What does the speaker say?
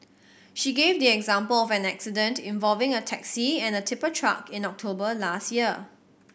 she gave the example of an accident involving a taxi and a tipper truck in October last year